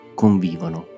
convivono